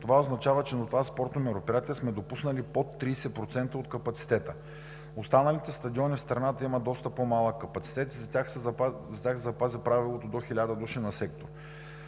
това означава, че на това спортно мероприятие сме допуснали под 30% от капацитета. В останалите стадиони на страната има доста по-малък капацитет, в тях се запази правилото до хиляда души на сектор.